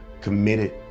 committed